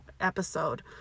episode